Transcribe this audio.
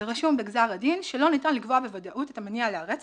ורשום בגזר הדין ש"לא ניתן לקבוע בוודאות את המניע לרצח,